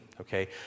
okay